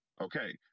okay